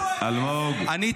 אלמוג כהן צעק עליי.